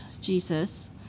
jesus